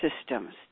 systems